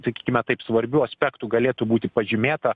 sakykime taip svarbių aspektų galėtų būti pažymėta